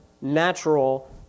natural